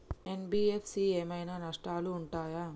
NBFC ఏమైనా నష్టాలు ఉంటయా?